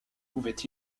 pouvait